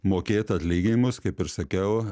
mokėt atlyginimus kaip ir sakiau